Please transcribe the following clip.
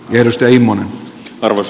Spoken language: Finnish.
tiedustelin monet arvot